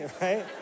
right